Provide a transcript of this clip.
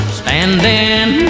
standing